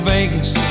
Vegas